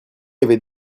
avait